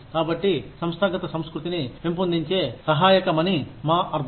కాబట్టి సంస్థాగత సంస్కృతిని పెంపొందించే సహాయకమని మా అర్థం